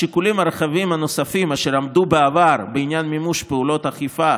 השיקולים הרחבים הנוספים אשר עמדו בעבר בעניין מימוש פעולות אכיפה